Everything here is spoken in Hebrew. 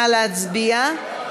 נא להצביע.